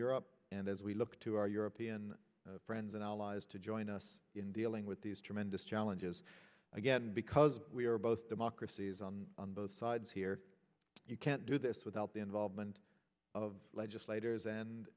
europe and as we look to our european friends and allies to join us in dealing with these tremendous challenges again because we are both democracies on both sides here you can't do this without the involvement of legislators and